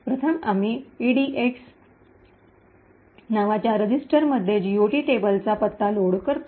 प्रथम आम्ही ईडीएक्स नावाच्या रजिस्टरमध्ये जीओटी टेबलचा पत्ता लोड करतो